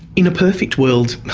in a perfect world,